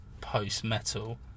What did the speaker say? post-metal